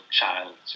child